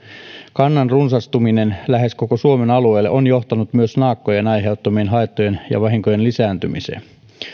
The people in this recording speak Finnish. kannan runsastuminen lähes koko suomen alueelle on johtanut myös naakkojen aiheuttamien haittojen ja vahinkojen lisääntymiseen